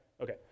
Okay